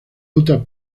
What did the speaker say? utah